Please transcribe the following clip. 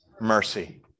Mercy